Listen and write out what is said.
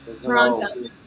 Toronto